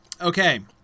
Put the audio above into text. Okay